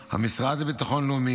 המשרד לביטחון לאומי,